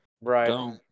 Right